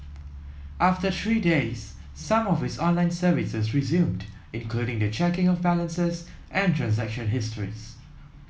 after three days some of its online services resumed including the checking of balances and transaction histories